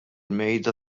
mejda